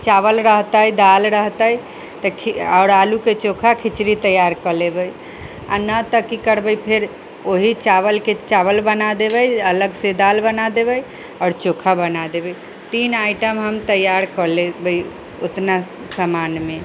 चावल रहतै दालि रहतै तऽ खि आओर तऽ आलूके चोखा खिचड़ी तैआर कऽ लेबै आ ना तऽ की करबै फेर ओही चावलके चावल बना देबै अलगसँ दालि बना देबै आओर चोखा बना देबै तीन आइटम हम तैआर कऽ लेबै ओतना सामानमे